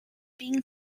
being